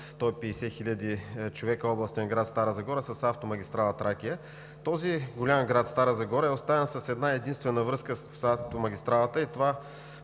150 хиляди човека, областен град – Стара Загора, с автомагистрала „Тракия“. Този голям град е оставен с една-единствена връзка с автомагистралата и това